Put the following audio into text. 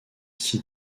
ski